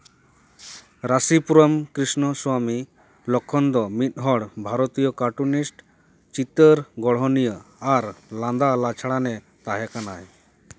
ᱨᱟᱥᱤ ᱯᱩᱨᱟᱱ Krishnaswami Laxman ᱫᱚ ᱢᱤᱫ ᱦᱚᱲ ᱵᱷᱟᱨᱚᱛᱤᱭᱚ ᱠᱟᱨᱴᱩᱱᱤᱥᱴ ᱪᱤᱛᱟᱹᱨ ᱜᱚᱲᱦᱚᱱᱤᱭᱟᱹ ᱟᱨ ᱞᱟᱸᱫᱟ ᱞᱟᱪᱷᱲᱟᱱᱮ ᱛᱟᱦᱮᱸᱠᱟᱱᱟᱭ